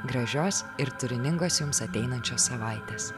gražios ir turiningos jums ateinančios savaitės